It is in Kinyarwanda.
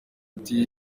ati